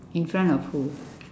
in front of who